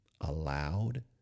allowed